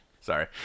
Sorry